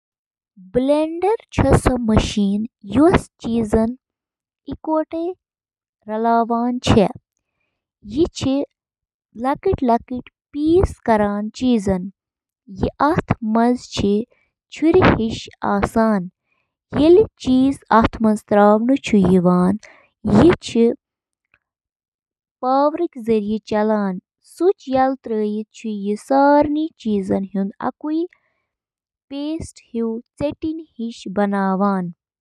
Skin ہٕنٛدیٚن طرفن چھِ لٔٹہِ آسان، یتھ ریڈنگ تہِ ونان چھِ، واریاہو وجوہاتو کِنۍ، یتھ منٛز شٲمِل چھِ: جعل سازی تہٕ کلپنگ رُکاوٕنۍ، بوزنہٕ یِنہٕ والیٚن ہٕنٛز مدد، لباس کم کرُن تہٕ باقی۔